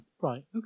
right